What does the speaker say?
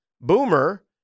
Boomer